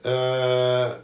err